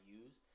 use